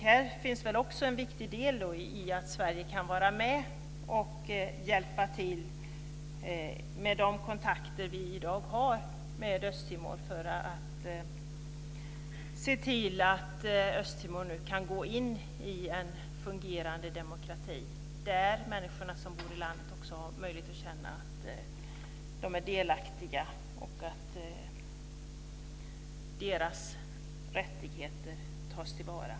En viktig del är väl att vi i Sverige kan vara med och hjälpa till, med de kontakter vi i dag har med Östtimor, för att se till att Östtimor nu kan gå in i en fungerande demokrati där människorna, som bor i landet, också har möjlighet att känna att de är delaktiga och att deras rättigheter tas till vara.